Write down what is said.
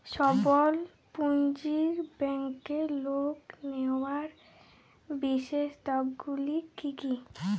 স্বল্প পুঁজির ব্যাংকের লোন নেওয়ার বিশেষত্বগুলি কী কী?